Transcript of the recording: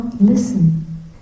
listen